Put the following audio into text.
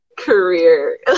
career